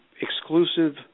exclusive